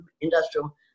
industrial